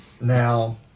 now